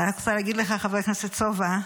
אני רק רוצה להגיד לך, חבר הכנסת סובה,